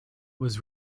was